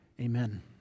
Amen